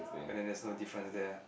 and then there is no difference there